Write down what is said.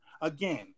Again